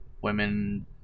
women